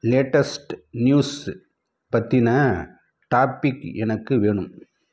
latest news பற்றின topic எனக்கு வேணும்